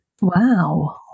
Wow